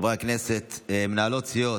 חברי הכנסת, מנהלות סיעות,